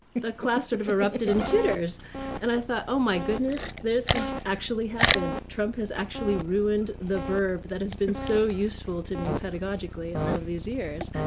the class sort of erupted in titters and i thought, oh my goodness, this has actually happened. trump has actually ruined the verb that has been so useful to me pedagogically all these years.